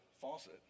faucet